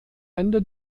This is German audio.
ende